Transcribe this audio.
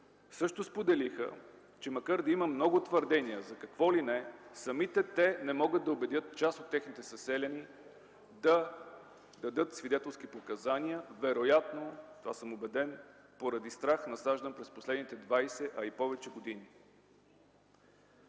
също споделиха, че макар да има много твърдения за какво ли не, самите те не могат да убедят част от техните съселяни да дадат свидетелски показания, вероятно, в това съм убеден, поради страх, насаждан през последните 20 и повече години.